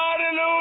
Hallelujah